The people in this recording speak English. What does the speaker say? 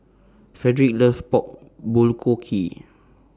Frederic loves Pork Bulgogi